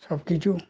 সব কিছু